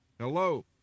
Hello